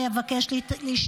דיברת